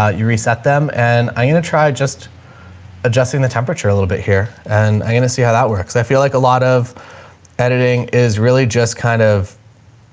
ah you reset them. and i'm going to try just adjusting the temperature a little bit here and i'm going to see how that works. i feel like a lot of editing is really just kind of